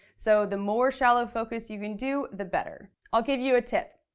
so the more shallow focus you can do, the better. i'll give you a tip.